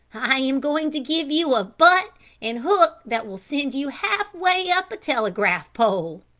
i am going to give you a butt and hook that will send you half way up a telegraph pole!